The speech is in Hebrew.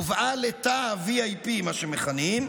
הובאה לתא ה-VIP, מה שמכנים,